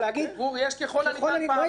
-- יש "ככל הניתן" פעמיים: